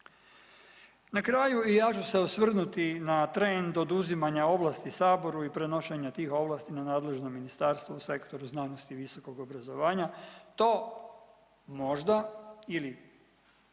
Na kraju i ja ću se osvrnuti na trend oduzimanja ovlasti Saboru i prenošenja tih ovlasti na nadležno ministarstvo u Sektoru znanosti i visokog obrazovanja. To možda ili